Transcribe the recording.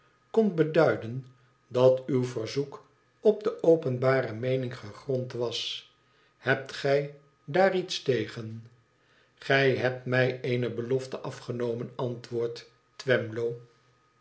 kondt beduiden dat uw verzoek op de openbare meening gegrond was hebt gij daar iets tegen f gij hebt mij eene belofte afgenomen antwoordt